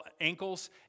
ankles